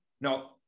no